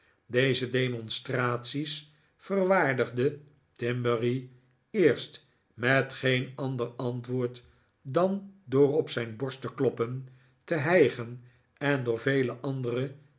deze demonstraties verwaardigde timberry eerst met geen ander antwoord dan door op zijii borst te kloppen te hijgen en door vele andere